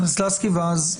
בבקשה.